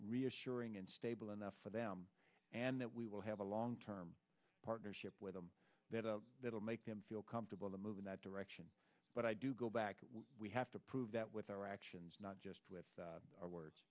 reassuring and stable enough for them and that we will have a long term partnership with them that of that will make them feel comfortable to move in that direction but i do go back we have to prove that with our actions not just with our words